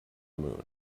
moon